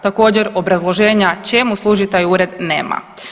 Također obrazloženja čemu služi taj ured nema.